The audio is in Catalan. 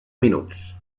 minuts